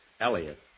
Elliot